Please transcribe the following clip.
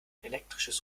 elektrisches